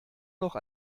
noch